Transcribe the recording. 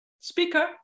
speaker